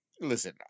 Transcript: listen